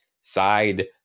side